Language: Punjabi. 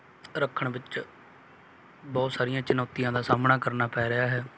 ਰੱਖਣ ਵਿੱਚ ਬਹੁਤ ਸਾਰੀਆਂ ਚੁਣੌਤੀਆਂ ਦਾ ਸਾਹਮਣਾ ਕਰਨਾ ਪੈ ਰਿਹਾ ਹੈ